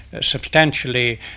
substantially